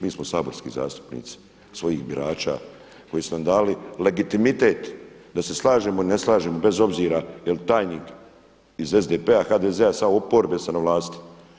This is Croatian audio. Mi smo saborski zastupnici svojih birača koji su nam dali legitimitet da se slažemo i ne slažemo bez obzira je li tajnik iz SDP-a, HDZ-a, sa oporbe, sa vlasti.